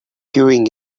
queuing